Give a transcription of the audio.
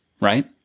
right